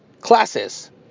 classes